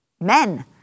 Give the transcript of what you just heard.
men